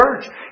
church